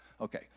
Okay